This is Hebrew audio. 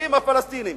בנושאים הפלסטיניים,